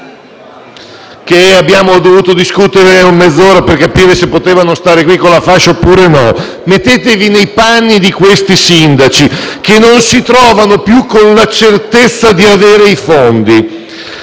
e abbiamo dovuto discutere mezz'ora per capire se potevano stare qui con la fascia oppure no. Mettetevi nei panni di questi sindaci che non hanno più la certezza di avere i fondi.